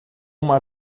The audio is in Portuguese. uma